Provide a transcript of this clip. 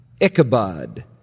Ichabod